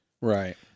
Right